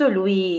lui